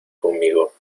conmigo